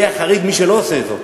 יהיה החריג מי שלא עושה זאת.